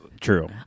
true